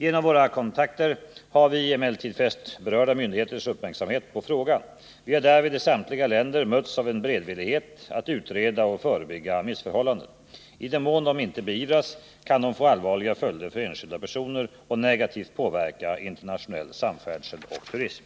Genom våra kontakter har vi emellertid fäst berörda myndigheters uppmärksamhet på frågan. Vi har därvid, i samtliga länder, mötts av en beredvillighet att utreda och förebygga missförhållanden. I den mån de inte beivras, kan de få allvarliga följder för enskilda personer och negativt påverka internationell samfärdsel och turism.